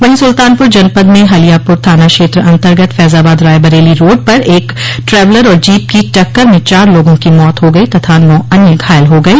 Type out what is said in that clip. वहीं सुल्तानपुर जनपद में हलियापुर थाना क्षेत्र अन्तगत फैजाबाद रायबरेली रोड पर एक ट्रवलर और जीप की टक्कर में चार लोगों की मौत हो गई तथा नौ अन्य घायल हो गये